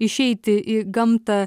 išeiti į gamtą